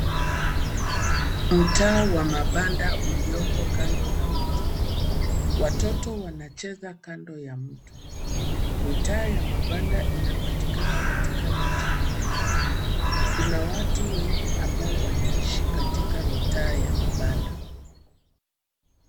Mtaa wa mabanda ulioko kando na mto. Watoto wanacheza kando ya mto. Mitaa ya mabanda inapatikana katika miji mikuu. Kuna watu wengi ambao wanaishi katika mitaa ya mabanda.